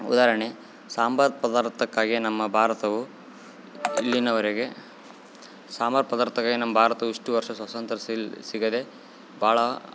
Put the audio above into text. ಉದಾಹರಣೆ ಸಾಂಬಾರು ಪದಾರ್ಥಕ್ಕಾಗಿ ನಮ್ಮ ಭಾರತವು ಇಲ್ಲಿನವರೆಗೆ ಸಾಂಬಾರು ಪದಾರ್ಥಕ್ಕೆ ನಮ್ಮ ಭಾರತ ಇಷ್ಟು ವರ್ಷ ಸ್ವತಂತ್ರ್ಯ ಸಿಲ್ ಸಿಗದೇ ಭಾಳ